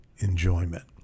enjoyment